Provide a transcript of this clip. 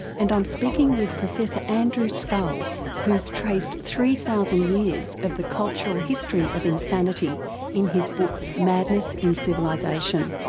and i'm speaking with professor andrew scull who has traced three thousand years of the cultural history of insanity in his book madness in civilisation.